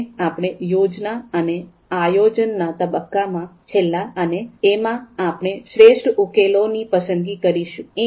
જોકે આપણે યોજના અને આયોજનના તબક્કામાં છીએ અને એમાં આપણે શ્રેષ્ઠ ઉકેલોની પસંદગી કરીશું